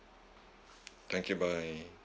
thank you bye